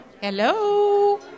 Hello